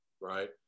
right